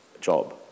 job